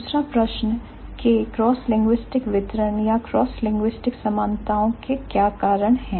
दूसरा प्रश्न के क्रॉस लिंग्विस्टिक वितरण या क्रॉस लिंग्विस्टिक समानताओ के क्या कारण हैं